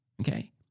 Okay